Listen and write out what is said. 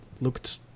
looked